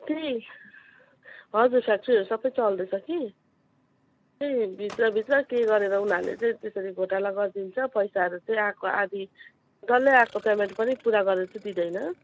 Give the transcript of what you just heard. त्यही हजुर फ्याक्ट्रीहरू सबै चल्दैछ कि त्यही भित्रभित्र के गरेर उनीहरूले चाहिँ त्यसरी घोटाला गरिदिन्छ पैसाहरू चाहिँ आएको आदि डल्लै आएको पेमेन्ट पनि पुरा गरेर चाहिँ दिँदैन